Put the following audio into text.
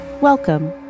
Welcome